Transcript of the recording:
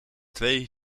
twee